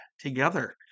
together